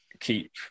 keep